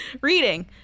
reading